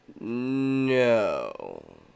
No